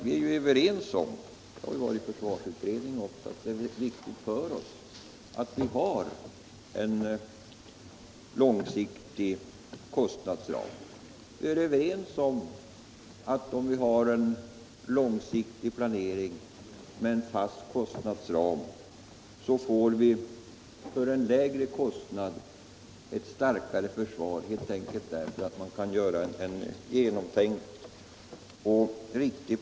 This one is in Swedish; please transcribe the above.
Vi har ju bl.a. i försvarsutredningen varit — och det är mycket viktigt för oss — överens om att ha en långsiktig kostnadsram. Med en långsiktig planering inom en fast kostnadsram kan vi för en lägre kostnad få ett starkare försvar, helt enkelt därför att planeringen då blir genomtänkt och riktig.